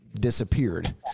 disappeared